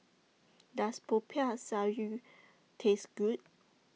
Does Popiah Sayur Taste Good